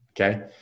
Okay